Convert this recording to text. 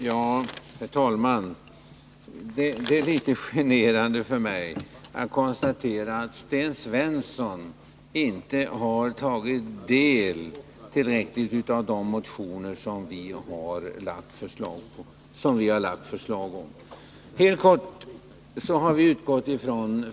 Herr talman! Det är litet generande för mig att konstatera att Sten Svensson inte tillräckligt har tagit del av de förslag som vi har lagt fram i våra motioner.